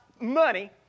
money